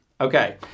Okay